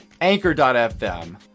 Anchor.fm